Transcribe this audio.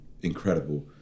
incredible